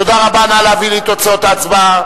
תודה רבה, נא להביא לי את תוצאות ההצבעה.